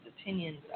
opinions